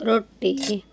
ರೊಟ್ಟಿ